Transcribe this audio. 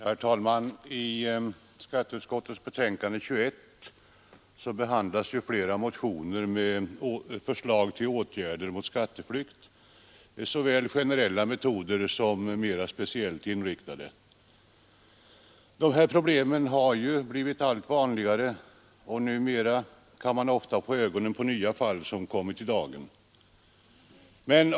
Herr talman! I skatteutskottets betänkande nr 21 behandlas flera motioner med förslag till åtgärder mot skatteflykt, såväl generella metoder som mera speciellt inriktade. Dessa problem har ju blivit allt vanligare, och numera kan man ofta få ögonen på nya fall som kommit i dagen.